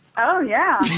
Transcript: oh, yeah.